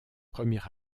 premier